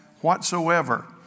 whatsoever